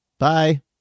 Bye